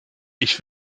ich